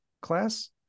class